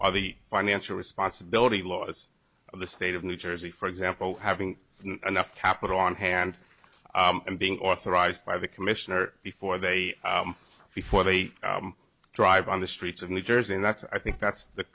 are the financial responsibility laws of the state of new jersey for example having enough capital on hand and being authorized by the commissioner before they before they drive on the streets of new jersey and that's i think that's the